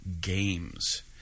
games